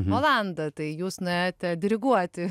olandą tai jūs nuėjote diriguoti